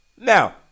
Now